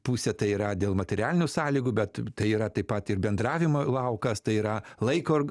pusė tai yra dėl materialinių sąlygų bet tai yra taip pat ir bendravimo laukas tai yra laiko